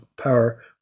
power